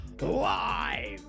Live